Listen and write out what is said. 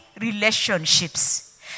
relationships